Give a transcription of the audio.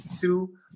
two